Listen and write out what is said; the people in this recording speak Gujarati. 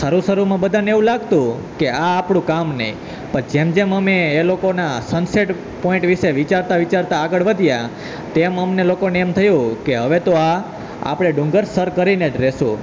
શરૂ શરૂમાં બધાને એવું લાગતું કે આ આપણું કામ નહીં પણ જેમ જેમ અમે એ લોકોના સન સેટ પોઈન્ટ વિશે વિચારતા વિચારતા આગળ વધ્યા તેમ અમને લોકોને એમ થયું કે હવે તો આ આપણે ડુંગર સર કરીને જ રહીશું